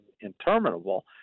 interminable